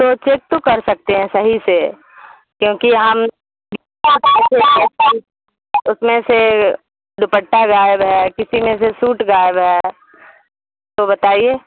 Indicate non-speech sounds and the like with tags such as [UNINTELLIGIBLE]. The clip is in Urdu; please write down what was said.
تو چیک تو کر سکتے ہیں صحیح سے کیونکہ ہم [UNINTELLIGIBLE] اس میں سے دوپٹہ غائب ہے کسی میں سے سوٹ گائب ہے تو بتائیے